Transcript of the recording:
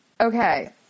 okay